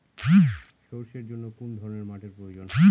সরষের জন্য কোন ধরনের মাটির প্রয়োজন?